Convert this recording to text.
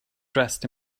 dressed